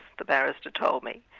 the barrister told me.